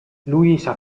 luisa